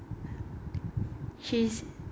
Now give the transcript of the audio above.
she's